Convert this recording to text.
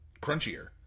crunchier